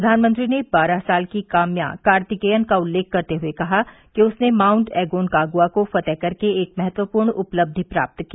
प्रधानमंत्री ने बारह साल की काम्या कार्तिकेयन का उल्लेख करते हुए कहा कि उसने माउंट एगोनकागुआ को फतेह कर के एक महत्वपूर्ण उपलब्धि प्राप्त की